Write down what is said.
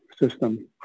system